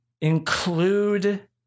include